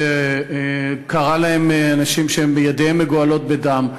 שקרא להם אנשים שידיהם מגואלות בדם.